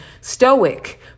stoic